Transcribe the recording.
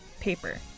paper